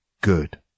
good